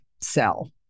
sell